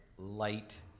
light